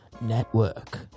network